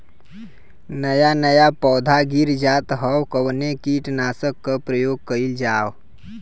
नया नया पौधा गिर जात हव कवने कीट नाशक क प्रयोग कइल जाव?